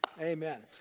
Amen